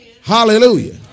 Hallelujah